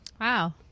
Wow